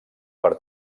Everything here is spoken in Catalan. per